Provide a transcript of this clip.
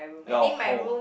ya hall